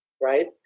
right